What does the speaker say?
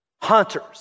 hunters